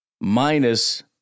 Minus